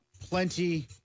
plenty